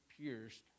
pierced